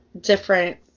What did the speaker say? different